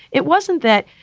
it wasn't that.